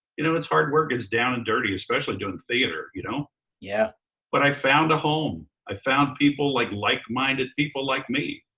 you know it's hard work, it's down and dirty, especially doing theater, you know yeah but i found a home. i found like likeminded people like me.